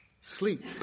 sleep